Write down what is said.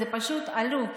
זה פשוט עלוב.